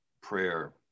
prayer